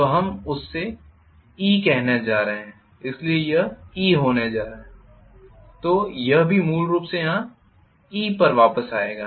तो हम इसे e कहने जा रहे है इसलिए यह e होने जा रहा है इसलिए यह भी मूल रूप से यहाँ e पर वापस जाएगा